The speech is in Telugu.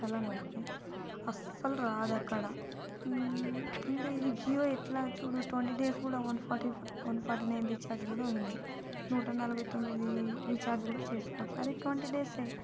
తలనొప్పి అస్సలు రాదు అక్కడ ఇంకా ఇది జియో ఎట్లా చూడు ట్వంటీ డేస్ కూడా one forty one forty nine recharge కూడా ఉంది నూట నలభై తొమిది రీచార్జ్ కూడా చేసుకోవచ్చు అది ట్వంటీ డేస్ఏ